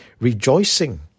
rejoicing